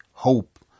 Hope